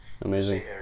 Amazing